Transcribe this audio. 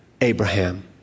Abraham